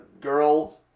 girl